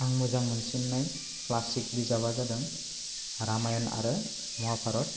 आं मोजां मोनसिननाय क्लासिक बिजाबा जादों रामायण आरो महाभारत